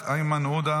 איימן עודה,